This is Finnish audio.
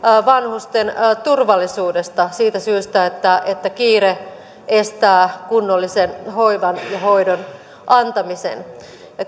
vanhusten turvallisuudesta siitä syystä että että kiire estää kunnollisen hoivan ja hoidon antamisen